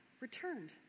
returned